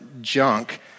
junk